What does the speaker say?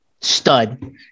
stud